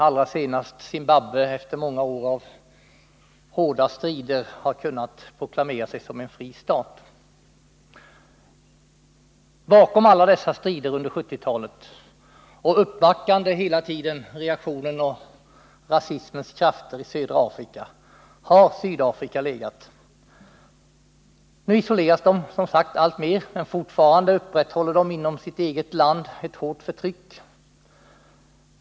Allra senast har Zimbabwe efter många år av hårda strider kunnat proklamera sig som en fri stat. Bakom alla dessa strider under 1970-talet, hela tiden uppbackande reaktionens och rasismens krafter i södra Afrika, har makthavarna i Sydafrika legat. Nu isoleras de alltmer, men fortfarande upprätthåller de inom det egna landet ett hårt förtryck.